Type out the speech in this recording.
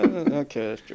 Okay